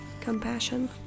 Compassion